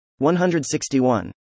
161